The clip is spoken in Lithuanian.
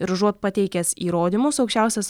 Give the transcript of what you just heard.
ir užuot pateikęs įrodymus aukščiausias